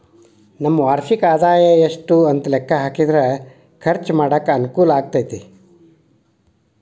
ನಮ್ಮ ವಾರ್ಷಿಕ ಆದಾಯ ಎಷ್ಟು ಅಂತ ಲೆಕ್ಕಾ ಹಾಕಿದ್ರ ಖರ್ಚು ಮಾಡಾಕ ಅನುಕೂಲ ಆಗತೈತಿ